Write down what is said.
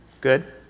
good